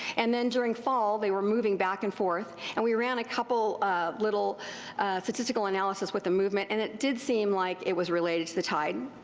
and then during fall they were moving back and forth, and we ran a couple little statistical analyses with the movement and it did seem like it was related to the tide,